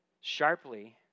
Sharply